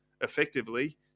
effectively